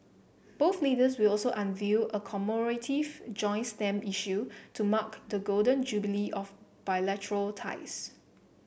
both leaders will also unveil a commemorative joint stamp issue to mark the Golden Jubilee of bilateral ties